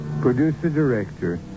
producer-director